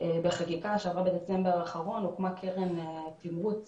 בחקיקה שעברה בדצמבר האחרון הוקמה קרן תמרוץ